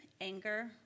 anger